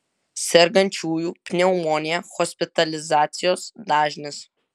sergančiųjų pneumonija hospitalizacijos dažnis